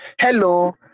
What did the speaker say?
Hello